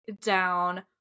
down